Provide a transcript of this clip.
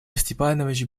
степанович